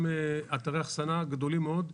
גם אתרי אכסנה גדולים מאוד.